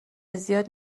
زیاد